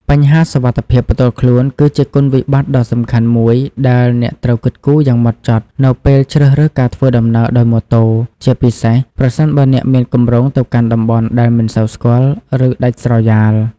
បញ្ហាសុវត្ថិភាពផ្ទាល់ខ្លួន គឺជាគុណវិបត្តិដ៏សំខាន់មួយដែលអ្នកត្រូវគិតគូរយ៉ាងម៉ត់ចត់នៅពេលជ្រើសរើសការធ្វើដំណើរដោយម៉ូតូ ជាពិសេសប្រសិនបើអ្នកមានគម្រោងទៅកាន់តំបន់ដែលមិនសូវស្គាល់ ឬដាច់ស្រយាល។